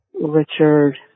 Richard